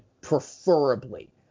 preferably